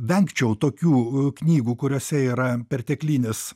vengčiau tokių knygų kuriose yra perteklinis